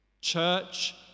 Church